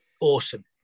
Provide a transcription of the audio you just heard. Awesome